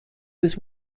was